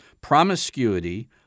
promiscuity